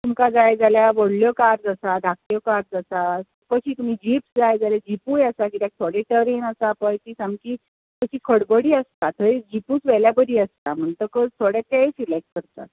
तुमकां जाय जाल्यार व्हडल्यो कार्स आसात धाकल्यो कार्स आसात तशी तुमी जीप जाय जाल्यार जिपूय आसा कित्याक थोडे टरॅन आसा पळय तीं सारकीं अशीं खडबडी बी आसता थंय जिपूच व्हेल्यार बरी आसता म्हणटकूच थोडे तेंवूय सिलॅक्ट करतात